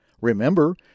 Remember